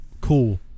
Cool